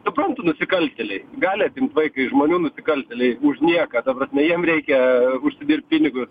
suprantu nusikaltėliai gali atimt vaiką iš žmonių nusikaltėliai už nieką ta prasme jiem reikia užsidirbt pinigus